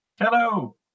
Hello